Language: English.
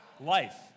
Life